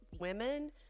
women